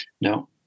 No